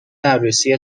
عروسی